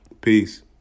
peace